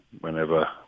whenever